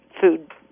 food